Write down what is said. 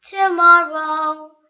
tomorrow